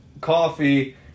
coffee